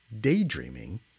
daydreaming